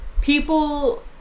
people